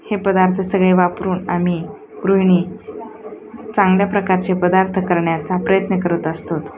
हे पदार्थ सगळे वापरून आम्ही गृहिणी चांगल्या प्रकारचे पदार्थ करण्याचा प्रयत्न करत असतो